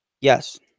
Yes